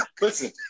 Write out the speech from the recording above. Listen